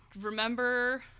remember